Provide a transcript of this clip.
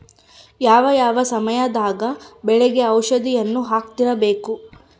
ಯಾವ ಯಾವ ಸಮಯದಾಗ ಬೆಳೆಗೆ ಔಷಧಿಯನ್ನು ಹಾಕ್ತಿರಬೇಕು?